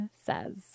says